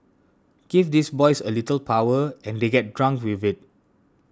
give these boys a little power and they get drunk with it